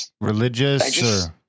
religious